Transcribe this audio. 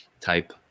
type